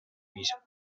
misa